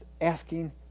asking